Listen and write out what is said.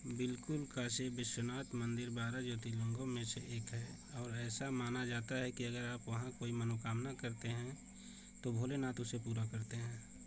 बिल्कुल काशी विश्वनाथ मंदिर बारह ज्योतिर्लिंगों में से एक है और ऐसा माना जाता है कि अगर आप वहाँ कोई मनोकामना करते हैं तो भोलेनाथ उसे पूरा करते हैं